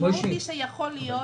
המשמעות היא שיכול להיות